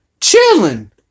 chilling